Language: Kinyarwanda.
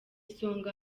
isonga